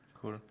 Cool